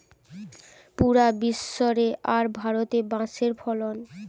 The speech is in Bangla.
পুরা বিশ্ব রে আর ভারতে বাঁশের ফলন